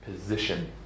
Position